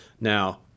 Now